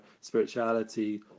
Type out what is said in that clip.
spirituality